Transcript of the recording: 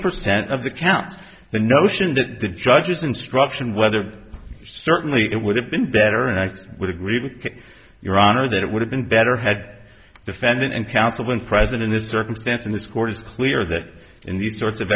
percent of the counts the notion that the judge's instructions whether certainly it would have been better and i would agree with your honor that it would have been better had defendant and counsel been present in this circumstance and this court is clear that in these sorts of